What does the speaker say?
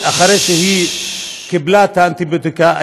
אחרי שהיא קיבלה את האנטיביוטיקה,